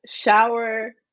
shower